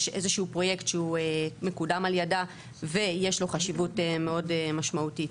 איזה שהוא פרויקט שהוא מקודם על ידה ויש לו חשיבות מאוד משמעותית.